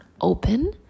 open